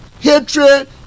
hatred